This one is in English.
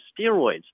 steroids